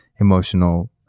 emotional